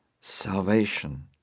salvation